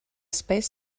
space